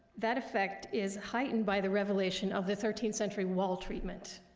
that effect is heightened by the revelation of the thirteenth century wall treatment.